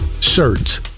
shirts